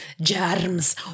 germs